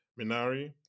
Minari